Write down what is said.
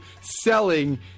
selling